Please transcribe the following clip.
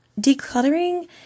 Decluttering